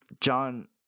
John